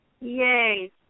Yay